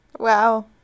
Wow